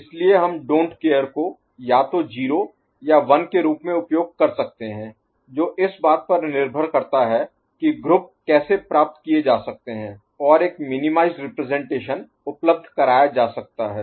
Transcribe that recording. इसलिए हम don't care Don't Care को या तो 0 या 1 के रूप में उपयोग कर सकते हैं जो इस बात पर निर्भर करता है कि ग्रुप कैसे प्राप्त किए जा सकते हैं और एक मिनीमाइजड रिप्रजेंटेशन उपलब्ध कराया जा सकता है